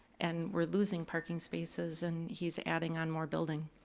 and we're losing parking spaces, and he's adding on more building.